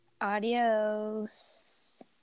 Adios